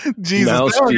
jesus